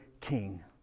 king